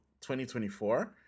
2024